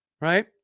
right